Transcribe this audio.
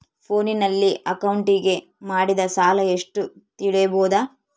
ಫೋನಿನಲ್ಲಿ ಅಕೌಂಟಿಗೆ ಮಾಡಿದ ಸಾಲ ಎಷ್ಟು ತಿಳೇಬೋದ?